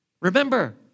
Remember